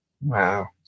Wow